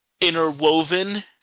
interwoven